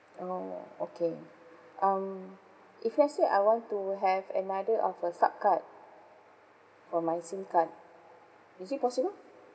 oh okay um if let's say I want to have another of the sup card for my SIM card is it possible